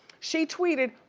she tweeted,